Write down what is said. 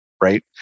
right